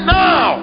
now